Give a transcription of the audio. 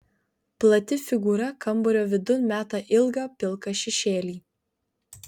plati figūra kambario vidun meta ilgą pilką šešėlį